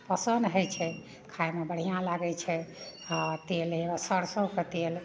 पसन्द होइ छै खाइमे बढ़िआँ लागय छै आओर तेल यऽ सरिसोके तेल